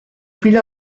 fill